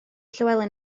llywelyn